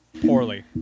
poorly